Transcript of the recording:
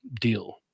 deal